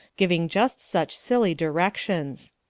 giving just such silly directions.